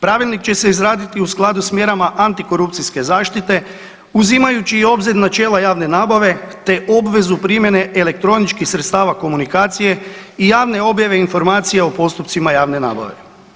Pravilnik će se izraditi u skladu s mjerama antikorupcijske zaštite uzimajući i u obzir načela javne nabave, te obvezu primjene elektroničkih sredstava komunikacije i javne objave informacije o postupcima javne nabave.